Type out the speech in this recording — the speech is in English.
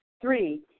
Three